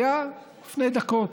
לפני דקות.